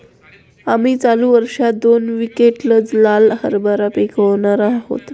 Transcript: आम्ही चालू वर्षात दोन क्विंटल लाल हरभरा पिकावणार आहोत